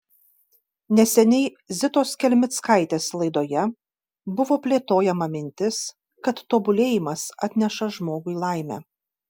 neseniai zitos kelmickaitės laidoje buvo plėtojama mintis kad tobulėjimas atneša žmogui laimę